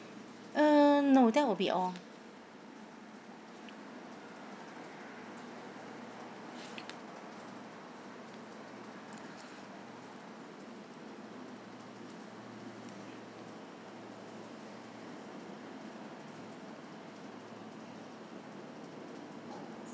uh no that will be all